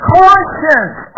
conscience